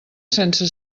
sense